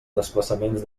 desplaçaments